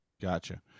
Gotcha